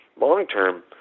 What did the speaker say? Long-term